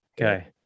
okay